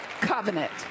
covenant